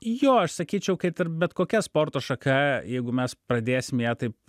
jo aš sakyčiau kaip ir bet kokia sporto šaka jeigu mes pradėsim ją taip